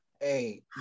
Hey